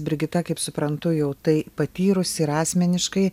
brigita kaip suprantu jau tai patyrusi ir asmeniškai